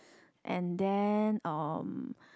and then um